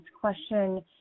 question